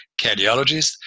cardiologists